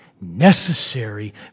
necessary